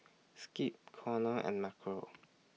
Skip Connor and Marco